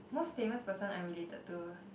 most famous person I'm related to